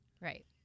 Right